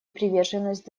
приверженность